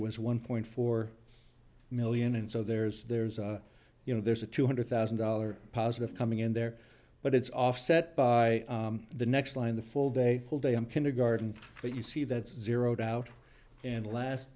was one point four million and so there's there's you know there's a two hundred thousand dollars positive coming in there but it's offset by the next line the full day kindergarten but you see that zeroed out and last